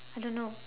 I don't know